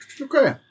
Okay